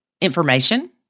information